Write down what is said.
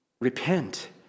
Repent